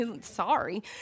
sorry